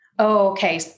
Okay